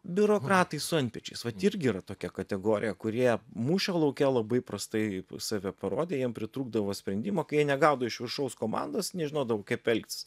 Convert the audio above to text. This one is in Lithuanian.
biurokratai su antpečiais vat irgi yra tokia kategorija kurie mūšio lauke labai prastai save parodė jiem pritrūkdavo sprendimo kai jie negaudavo iš viršaus komandos nežinodavo kaip elgtis